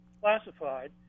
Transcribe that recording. classified